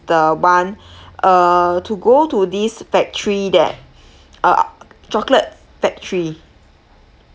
the bun~ uh to go to this factory that uh chocolate factory